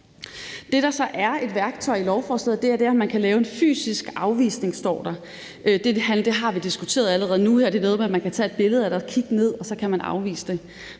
Det, der så er et værktøj i lovforslaget, er, at man kan lave en fysisk afvisning, som der står. Det har vi allerede diskuteret nu her. Det er noget med, at man kan tage et billede af det og kigge ned, og så kan man afvise det.